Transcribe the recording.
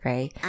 Right